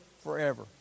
forever